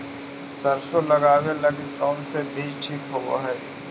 सरसों लगावे लगी कौन से बीज ठीक होव हई?